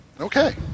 Okay